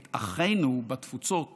את אחינו בתפוצות